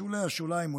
אולי בשולי-השוליים,